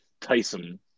Tyson